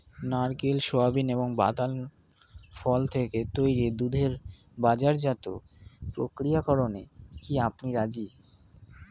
নারকেল, সোয়াবিন এবং বাদাম ফল থেকে তৈরি দুধের বাজারজাত প্রক্রিয়াকরণে কি আপনি রাজি?